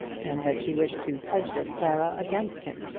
and that she wished to prejudice clara against him.